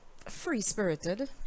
free-spirited